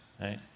right